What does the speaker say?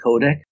codec